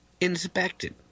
inspected